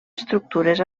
estructures